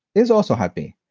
is also happy.